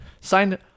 signed